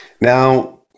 Now